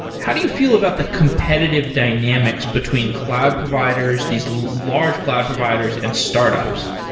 how do you feel about the competitive dynamics between cloud providers, these large cloud providers and startups?